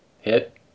Hit